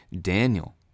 Daniel